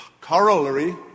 corollary